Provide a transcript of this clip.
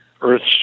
Earth's